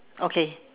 okay